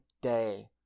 day